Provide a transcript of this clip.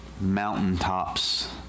mountaintops